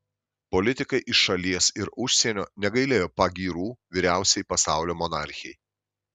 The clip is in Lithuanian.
politikai iš šalies ir užsienio negailėjo pagyrų vyriausiai pasaulio monarchei